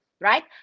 right